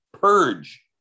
purge